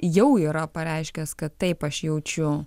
jau yra pareiškęs kad taip aš jaučiu